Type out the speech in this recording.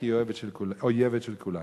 כי היא אויבת של כולנו.